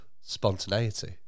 spontaneity